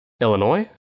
Illinois